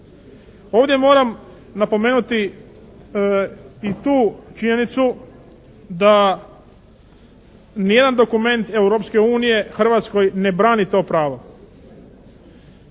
Ovdje moram napomenuti i tu činjenicu da ni jedan dokument Europske unije Hrvatskoj ne brani to pravo.